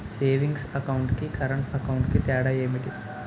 Savings account కి current account కి తేడా ఏమిటి?